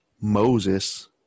Moses